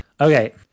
okay